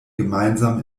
gemeinsam